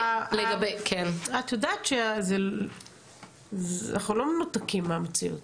אבל את יודעת שאנחנו לא מנותקים מהמציאות.